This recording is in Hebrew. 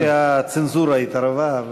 כנראה הצנזורה התערבה.